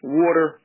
water